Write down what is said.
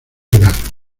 penal